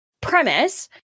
premise